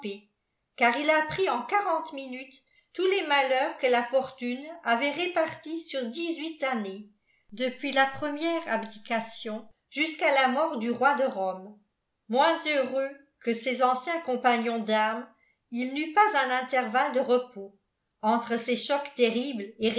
car il apprit en quarante minutes tous les malheurs que la fortune avait répartis sur dix-huit années depuis la première abdication jusqu'à la mort du roi de rome moins heureux que ses anciens compagnons d'armes il n'eut pas un intervalle de repos entre ces chocs terribles